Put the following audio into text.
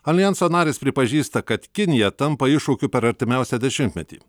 aljanso narės pripažįsta kad kinija tampa iššūkiu per artimiausią dešimtmetį